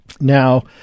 Now